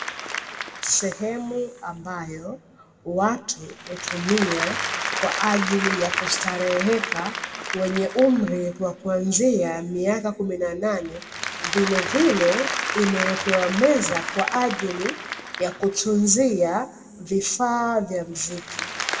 Sehemu ambayo watu hutumia kwa ajili ya kustareheka, wenye umri wa kuanzia miaka kumi na nane, vilevile imewekewa meza kwa ajili ya kutunzia vifaa vya muziki.